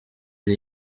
ari